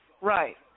Right